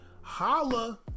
Holla